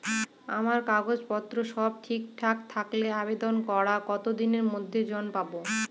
আমার কাগজ পত্র সব ঠিকঠাক থাকলে আবেদন করার কতদিনের মধ্যে ঋণ পাব?